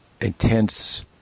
intense